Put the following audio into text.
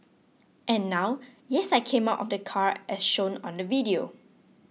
and now yes I came out of the car as shown on the video